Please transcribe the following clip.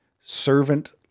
servant